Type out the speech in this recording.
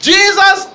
Jesus